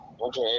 Okay